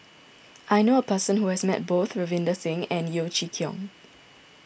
I knew a person who has met both Ravinder Singh and Yeo Chee Kiong